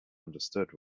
understood